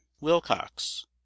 Wilcox